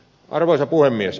arvoisa puhemies